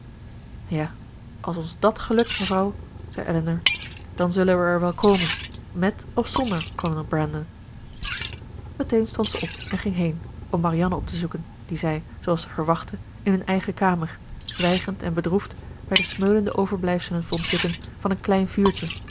ja als ons dat gelukt mevrouw zei elinor dan zullen we er wel komen mèt of zonder kolonel brandon meteen stond zij op en ging heen om marianne op te zoeken die zij zooals ze verwachtte in hun eigen kamer zwijgend en bedroefd bij de smeulende overblijfselen vond zitten van een klein vuurtje